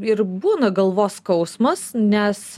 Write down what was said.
ir būna galvos skausmas nes